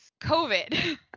COVID